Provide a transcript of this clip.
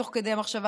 תוך כדי המחשבה,